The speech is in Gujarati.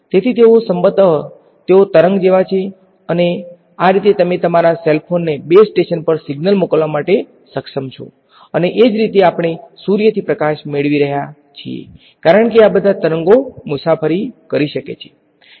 તેથી તેઓ સંભવત તેઓ તરંગ જેવા છે અને આ રીતે તમે તમારા સેલ ફોનને બેઝ સ્ટેશન પર સિગ્નલ મોકલવા માટે સક્ષમ છો અને એજ રીતે આપણે સૂર્યથી પ્રકાશ મેળવી રહ્યા છીએ કારણ કે આ બધા તરંગો મુસાફરી કરી શકે છે